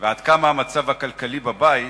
ועד כמה המצב הכלכלי בבית